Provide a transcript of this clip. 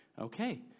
Okay